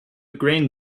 grain